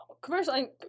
commercial